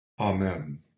Amen